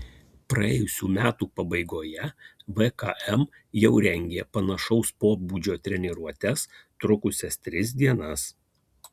praėjusių metų pabaigoje vkm jau rengė panašaus pobūdžio treniruotes trukusias tris dienas